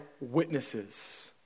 witnesses